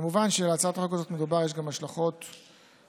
כמובן שלהצעת החוק הזאת יש גם השלכות מינהליות,